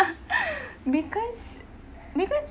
because because